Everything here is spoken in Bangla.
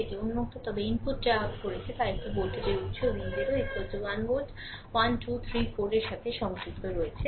এটি উন্মুক্ত তবে ইনপুট যা করেছে তা একটি ভোল্টেজ উত্স V0 1 ভোল্ট 1 2 3 4 এর সাথে সংযুক্ত রয়েছে